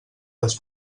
les